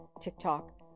TikTok